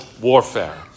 warfare